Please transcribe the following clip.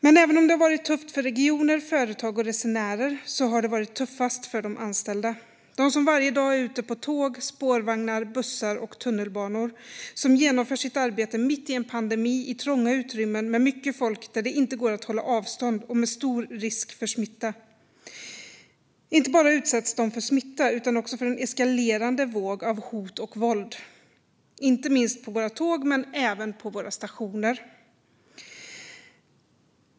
Men även om det varit tufft för regioner, företag och resenärer har det varit tuffast för de anställda. Varje dag är de ute på tåg, i spårvagnar, på bussar och i tunnelbanor och genomför sitt arbete mitt i en pandemi i trånga utrymmen med mycket folk där det inte går att hålla avstånd och med stor risk för smitta. De anställda utsätts inte bara för smitta utan också för en eskalerande våg av hot och våld, inte minst på våra tåg men även på våra stationer.